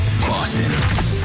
Boston